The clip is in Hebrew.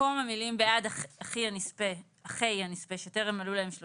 (ב)במקום המילים "בעד אחי הנספה שטרם מלאו להם 30